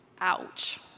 Ouch